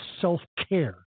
self-care